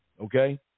okay